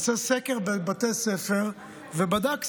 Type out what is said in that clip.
עשתה סקר בבתי ספר ובדקה,